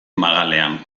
magalean